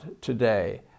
today